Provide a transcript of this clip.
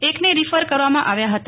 એકને રિફર કરવામાં આવ્યા હતા